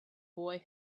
boy